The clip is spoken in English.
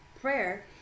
prayer